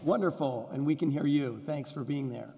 wonderful and we can hear you thanks for being there